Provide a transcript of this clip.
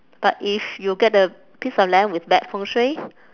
but if you get a piece of land with bad 风水